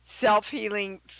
self-healing